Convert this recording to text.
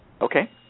Okay